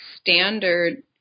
standard